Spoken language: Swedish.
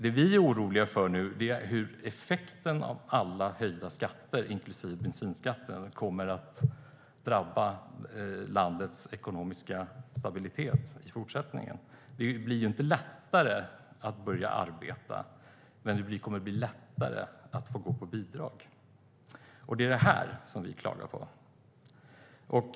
Det vi är oroliga för nu är hur effekten av alla höjda skatter inklusive bensinskatten kommer att drabba landets ekonomiska stabilitet i fortsättningen. Det blir inte lättare att börja arbeta, men det blir lättare att få gå på bidrag. Det är det här som vi klagar på.